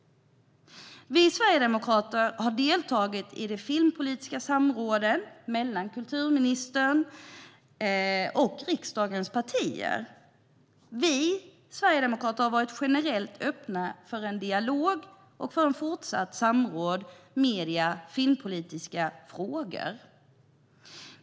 Vi sverigedemokrater har deltagit i de filmpolitiska samråden mellan kulturministern och riksdagens partier. Vi har varit generellt öppna för en dialog och för ett fortsatt samråd om medier och filmpolitiska frågor.